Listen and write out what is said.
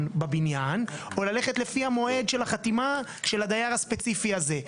בבניין או ללכת לפי מועד החתימה של הדייר הספציפי הזה.